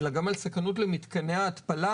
אלא גם על סכנות למתקני ההתפלה,